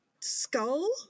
skull